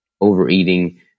overeating